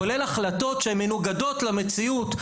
כולל החלטות שהם מנוגדות למציאות,